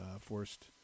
forced